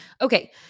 okay